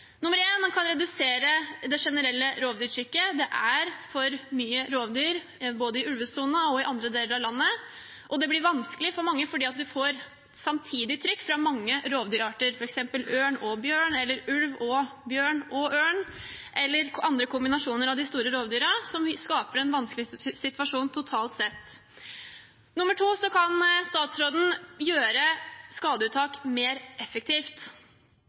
Han kan redusere det generelle rovdyrtrykket. Det er for mye rovdyr både i ulvesonen og i andre deler av landet, og det blir vanskelig for mange fordi de får samtidig trykk fra mange rovdyrarter, f.eks. ørn og bjørn, eller ulv og bjørn og ørn, eller andre kombinasjoner av de store rovdyrene, som skaper en vanskelig situasjon totalt sett. Nr. 2: Statsråden kan gjøre skadeuttak mer effektivt.